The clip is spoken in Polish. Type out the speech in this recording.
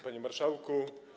Panie Marszałku!